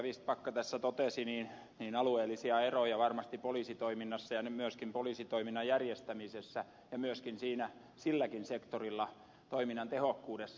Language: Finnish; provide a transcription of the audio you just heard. vistbacka tässä totesi alueellisia eroja on varmasti poliisitoiminnassa ja myöskin poliisitoiminnan järjestämisessä ja myöskin silläkin sektorilla toiminnan tehokkuudessa